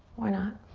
why not?